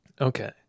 Okay